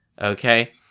Okay